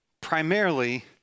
primarily